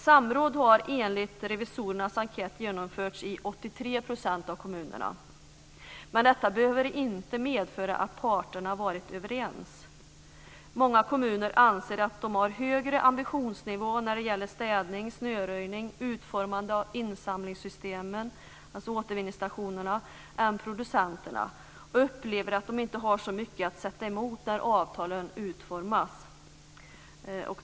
Samråd har enligt revisorernas enkät genomförts i 83 % av kommunerna, men detta behöver inte medföra att parterna varit överens. Många kommuner anser att de har högre ambitionsnivå när det gäller städning, snöröjning, utformande av insamlingssystemen - alltså återvinningsstationerna - än producenterna och upplever att de inte har så mycket att sätta emot när avtalen utformas.